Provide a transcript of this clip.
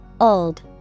Old